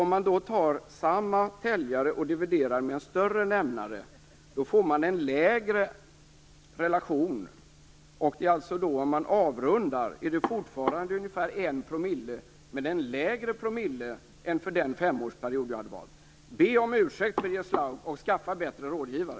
Om man tar samma täljare och dividerar med en större nämnare, får man en lägre relation. Om man avrundar är det fortfarande ungefär 1 %, men det är en lägre promillesats än för den femårsperiod jag hade valt. Be om ursäkt, Birger Schlaug, och skaffa bättre rådgivare!